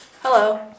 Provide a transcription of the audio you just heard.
hello